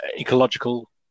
ecological